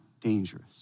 dangerous